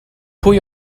pwy